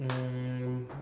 um